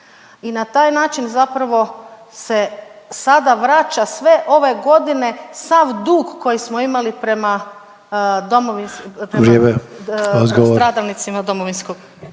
i na taj način zapravo se sada vraća sve ove godine sav dug koji smo imali prema stradalnicima …